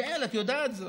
יעל, את יודעת זאת.